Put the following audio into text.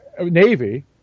Navy